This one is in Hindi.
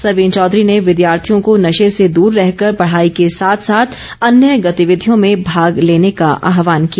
सरवीण चौधरी ने विद्यार्थियों को नशे से दूर रहकर पढ़ाई के साथ साथ अन्य गतिविधियों में भाग लेने का आहवान किया